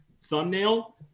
thumbnail